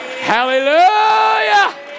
Hallelujah